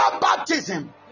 baptism